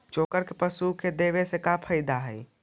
चोकर के पशु के देबौ से फायदा का है?